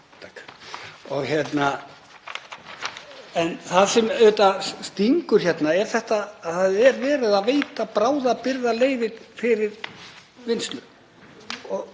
honum. En það sem auðvitað stingur hérna er að það er verið að veita bráðabirgðaleyfi fyrir vinnslu.